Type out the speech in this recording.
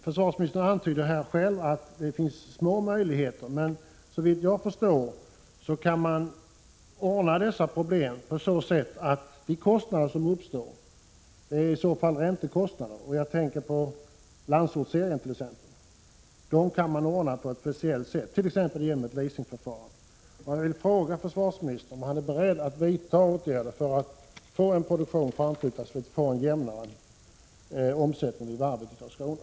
Försvarsministern antydde själv att det finns små möjligheter, men såvitt jag förstår kan dessa problem lösas genom att de kostnader som uppstår, dvs. i detta fall räntekostnader — jag tänker på t.ex. Landsortsserien — kan klaras på ett speciellt sätt, t.ex. genom ett leasingförfarande. Jag vill fråga försvarsministern om han är beredd att vidta åtgärder så att produktion framflyttas, för att man skall få till stånd en jämnare omsättning på varvet i Karlskrona.